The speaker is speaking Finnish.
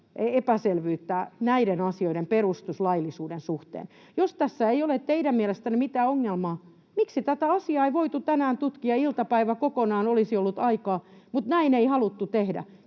epäselvyyttä näiden asioiden perustuslaillisuuden suhteen. Jos tässä ei ole teidän mielestänne mitään ongelmaa, miksi tätä asiaa ei voitu tänään tutkia? Iltapäivä kokonaan olisi ollut aikaa, mutta näin ei haluttu tehdä.